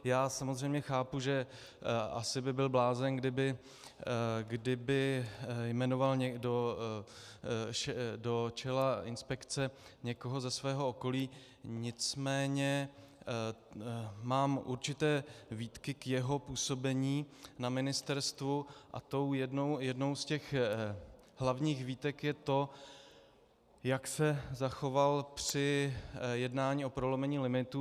Já samozřejmě chápu, že asi by byl blázen, kdyby jmenoval někdo do čela inspekce někoho ze svého okolí, nicméně mám určité výtky k jeho působení na ministerstvu, a tou jednou z těch hlavních výtek je to, jak se zachoval při jednání o prolomení limitů.